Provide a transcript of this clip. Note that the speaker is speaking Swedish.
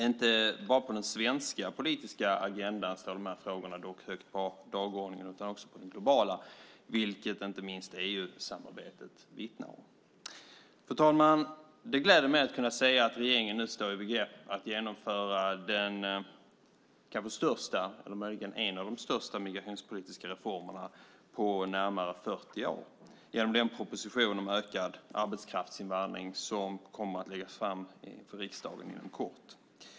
De här frågorna står dock inte bara högt på den svenska politiska agendan utan också på den globala, vilket inte minst EU-samarbetet vittnar om. Fru talman! Det gläder mig att kunna säga att regeringen nu står i begrepp att genomföra den kanske största eller möjligen en av de största migrationspolitiska reformerna på närmare 40 år genom den proposition om ökad arbetskraftsinvandring som kommer att läggas fram för riksdagen inom kort.